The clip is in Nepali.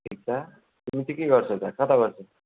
त्यही त तिमी चाहिँ के गर्छौ त कता गर्छौ